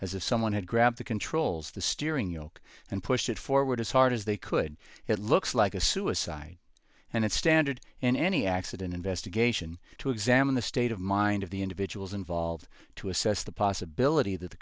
as if someone had grabbed the controls the steering yoke and pushed it forward as hard as they could it looks like a suicide and it's standard in any accident investigation to examine the state of mind of the individuals involved to assess the possibility that the